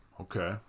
Okay